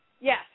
yes